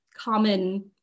common